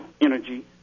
energy